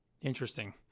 interesting